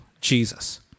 jesus